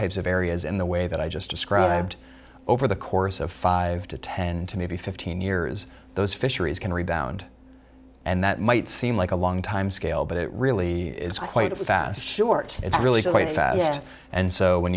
types of areas in the way that i just described over the course of five to ten to maybe fifteen years those fisheries can rebound and that might seem like a long time scale but it really is quite a fast short it's really quite fast and so when